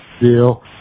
deal